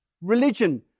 Religion